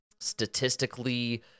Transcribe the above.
statistically